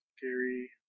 Gary